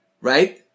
right